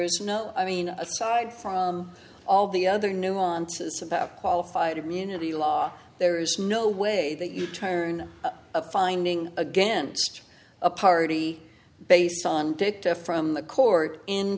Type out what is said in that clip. is no i mean aside from all the other nuances about qualified immunity law there is no way that you turn a finding against a party based on data from the court in